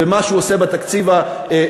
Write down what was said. במה שהוא עושה בתקציב הנוכחי,